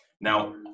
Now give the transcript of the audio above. Now